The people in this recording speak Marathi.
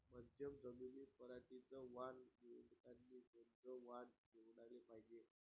मध्यम जमीनीत पराटीचं वान निवडतानी कोनचं वान निवडाले पायजे?